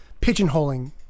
pigeonholing